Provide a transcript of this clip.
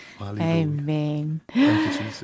Amen